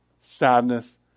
sadness